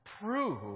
prove